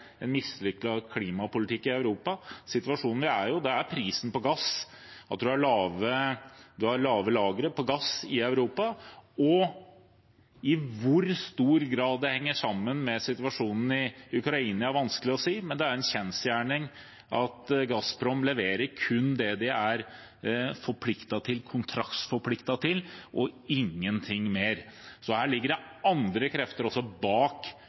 prisen på gass og at man har lave lager av gass i Europa. I hvor stor grad det henger sammen med situasjonen i Ukraina, er vanskelig å si. Men det er en kjensgjerning at Gazprom leverer kun det de er kontraktsforpliktet til, og ingenting mer. Så her ligger det også andre krefter bak